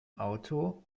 auto